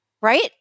Right